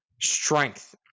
strength